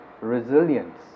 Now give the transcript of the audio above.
resilience